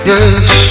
Yes